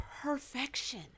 perfection